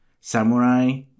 Samurai